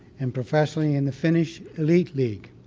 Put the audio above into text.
and professionally in the finnish elite league.